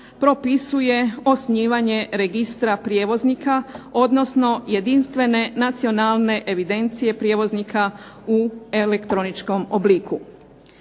propisuje osnivanje registra prijevoznika, odnosno jedinstvene nacionalne evidencije prijevoznika u elektroničkom obliku.